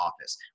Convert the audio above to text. office